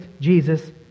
Jesus